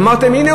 אמרתם: הנה,